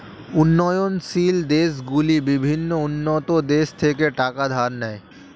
উন্নয়নশীল দেশগুলি বিভিন্ন উন্নত দেশ থেকে টাকা ধার নেয়